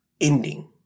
ending